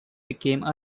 became